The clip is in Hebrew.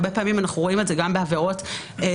הרבה פעמים אנחנו רואים את זה גם בעבירות אחרות